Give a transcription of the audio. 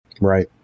Right